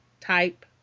type